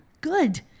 good